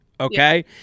Okay